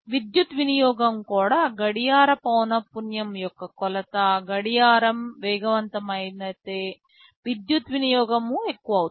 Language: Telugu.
విద్యుత్ వినియోగం కూడా గడియార పౌనపున్యం యొక్క కొలత గడియారం వేగవంతమైనతే విద్యుత్ వినియోగం ఎక్కువ అవుతుంది